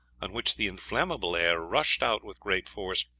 on which the inflammable air rushed out with great force,